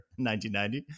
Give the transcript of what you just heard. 1990